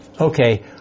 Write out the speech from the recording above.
okay